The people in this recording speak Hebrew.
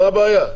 מה הבעיה?